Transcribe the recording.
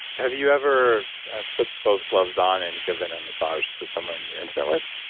have you ever put both gloves on and given a massage to someone you're intimate with?